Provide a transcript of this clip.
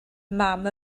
mam